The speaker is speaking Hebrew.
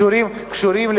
מפאת חשיבות הנושא,